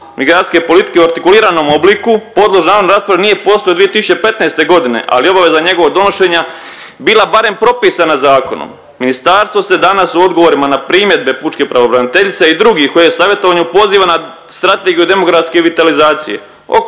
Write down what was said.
migracijske politike u artikuliranom obliku podložan ovom …/Govornik se ne razumije./… nije postojao od 2015. godine ali obaveza njegovog donošenja bila barem propisana zakonom. Ministarstvo se danas u odgovorima na primjedbe pučke pravobraniteljice i drugih u e-savjetovanju poziva na Strategiju demografske revitalizacije